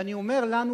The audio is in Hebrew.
ואני אומר לנו,